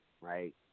right